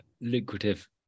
lucrative